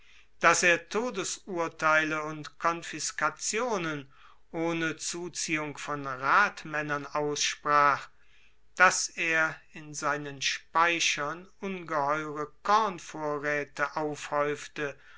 dass er todesurteile und konfiskationen ohne zuziehung von ratmaennern aussprach dass er in seinen speichern ungeheure kornvorraete aufhaeufte